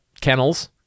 kennels